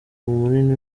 munini